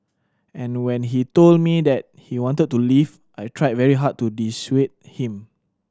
and when he told me that he wanted to leave I tried very hard to dissuade him